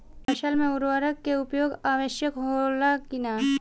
फसल में उर्वरक के उपयोग आवश्यक होला कि न?